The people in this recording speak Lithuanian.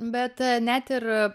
bet net ir